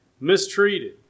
mistreated